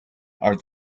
are